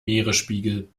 meeresspiegel